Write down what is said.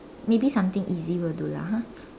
maybe something easy will do lah !huh!